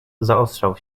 zaostrzał